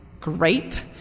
Great